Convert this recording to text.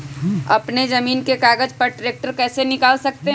अपने जमीन के कागज पर ट्रैक्टर कैसे निकाल सकते है?